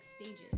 stages